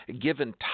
given